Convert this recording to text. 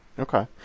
Okay